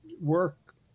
work